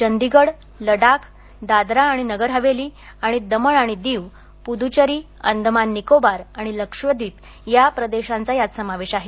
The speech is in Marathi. चंदीगड लडाख दादरा आणि नगर हवेली आणि दमण आणि दीव पुद्चेरी अंदमान निकोबार आणि लक्षद्वीप या प्रदेशांचा यात समावेश आहे